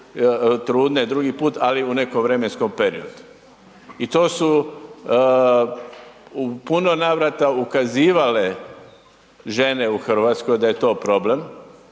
trudne drugi put, ali u nekom vremenskom periodu. I to su u puno navrata ukazivale žene u RH da je to problem